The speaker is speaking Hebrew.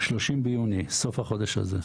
30 ביוני, סוף החודש הזה.